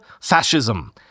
fascism